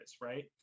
right